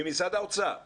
ואם משרד האוצר וכן,